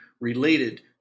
related